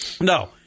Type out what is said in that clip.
No